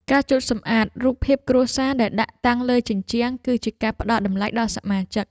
ការជូតសម្អាតរូបភាពគ្រួសារដែលដាក់តាំងលើជញ្ជាំង គឺជាការផ្តល់តម្លៃដល់សមាជិក។